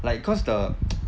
like cause the